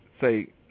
say